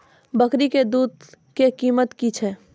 बकरी के दूध के कीमत की छै?